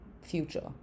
future